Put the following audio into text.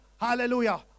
hallelujah